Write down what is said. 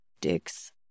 dicks